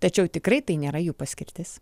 tačiau tikrai tai nėra jų paskirtis